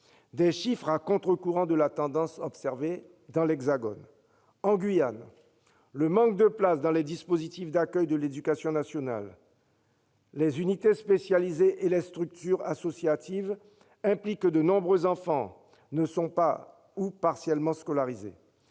Ces chiffres vont à contre-courant de la tendance observée dans l'Hexagone. En Guyane, le manque de places dans les dispositifs d'accueil de l'éducation nationale, les unités spécialisées et les structures associatives, implique que de nombreux enfants ne sont pas scolarisés